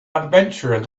adventurer